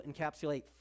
encapsulate